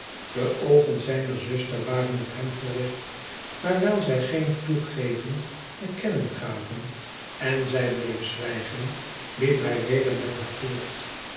de oogen zijner zuster waren op hem gericht maar wijl zij geen toegeven te kennen gaven en zïj bleef zwijgen liep hij weder met haar voort